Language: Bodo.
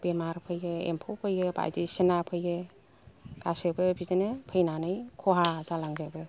बेमार फैयो एम्फौ फैयो बायदिसिना फैयो गासिबो बिदिनो फैनानै खहा जालांजोबो